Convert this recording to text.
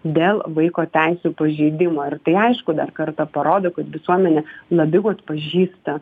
dėl vaiko teisių pažeidimo ir tai aišku dar kartą parodo kad visuomenė labiau atpažįsta